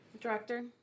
Director